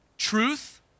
truth